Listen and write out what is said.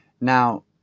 Now